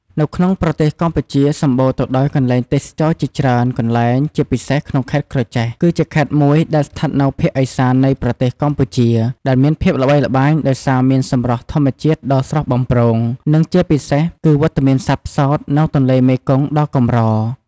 នៅក្នុងប្រទេសកម្ពុជាសម្បូរទៅដោយកន្លែងទេសចរណ៍ជាច្រើនកន្លែងជាពិសេសក្នុងខេត្តក្រចេះ គឺជាខេត្តមួយដែលស្ថិតនៅភាគឦសាននៃប្រទេសកម្ពុជា ដែលមានភាពល្បីល្បាញដោយសារមានសម្រស់ធម្មជាតិដ៏ស្រស់បំព្រង និងជាពិសេសគឺវត្តមានសត្វផ្សោតនៅទន្លេមេគង្គដ៏កម្រ ។